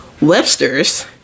Webster's